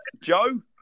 Joe